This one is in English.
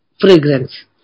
fragrance